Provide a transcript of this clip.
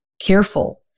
careful